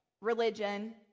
religion